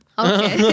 okay